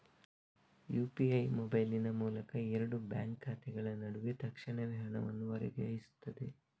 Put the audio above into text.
UPI ಮೊಬೈಲಿನ ಮೂಲಕ ಎರಡು ಬ್ಯಾಂಕ್ ಖಾತೆಗಳ ನಡುವೆ ತಕ್ಷಣವೇ ಹಣವನ್ನು ವರ್ಗಾಯಿಸ್ತದೆ